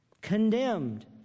condemned